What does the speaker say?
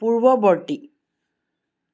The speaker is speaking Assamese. পূৰ্বৱৰ্তী